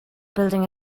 building